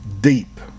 deep